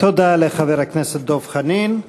תודה לחבר הכנסת דב חנין.